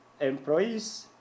Employees